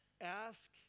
Ask